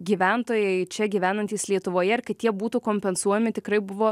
gyventojai čia gyvenantys lietuvoje ir kad jie būtų kompensuojami tikrai buvo